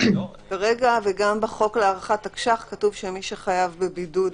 כרגע וגם בחוק להארכת תקש"ח כתוב שמי שחייב בידוד,